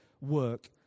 work